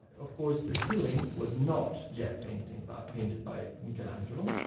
of course, the ceiling was not yet painted but painted by michelangelo.